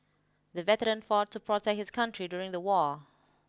the veteran fought to protect his country during the war